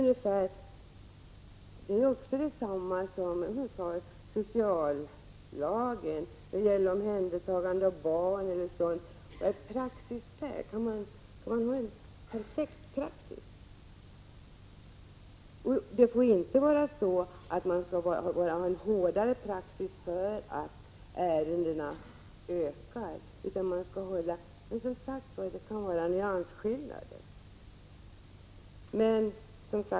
Ja, härvidlag är förhållandet detsamma som när det gäller sociallagen, omhändertagande av barn o. d. Vad är praxis? Kan man ha en perfekt praxis? Det får inte vara så att praxis blir hårdare därför att ärendena ökar i antal, utan man skall ha en fast praxis. Men det kan vara nyansskillnader.